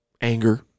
anger